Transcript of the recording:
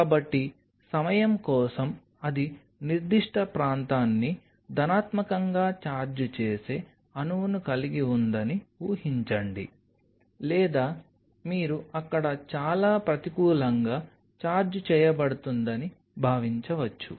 కాబట్టి సమయం కోసం అది నిర్దిష్ట ప్రాంతాన్ని ధనాత్మకంగా ఛార్జ్ చేసే అణువును కలిగి ఉందని ఊహించండి లేదా మీరు అక్కడ చాలా ప్రతికూలంగా ఛార్జ్ చేయబడుతుందని భావించవచ్చు